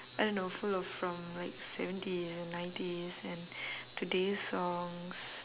I don't know full of from like seventies and nineties and today's songs